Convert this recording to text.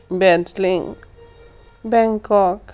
Bangkok